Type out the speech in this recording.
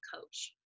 coach